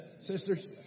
sisters